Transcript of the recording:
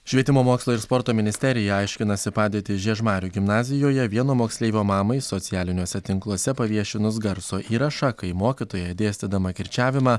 švietimo mokslo ir sporto ministerija aiškinasi padėtį žiežmarių gimnazijoje vieno moksleivio mamai socialiniuose tinkluose paviešinus garso įrašą kai mokytoja dėstydama kirčiavimą